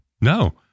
No